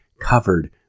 covered